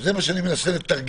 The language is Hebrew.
זה מה שאני מנסה לתרגם.